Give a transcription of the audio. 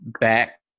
back